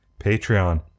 Patreon